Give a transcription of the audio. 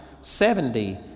seventy